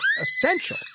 essential